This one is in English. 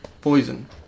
Poison